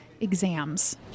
exams